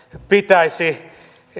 pitäisi